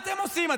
מה אתם עושים?